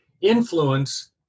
Influence